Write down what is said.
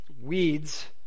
weeds